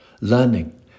Learning